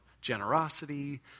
generosity